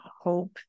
hope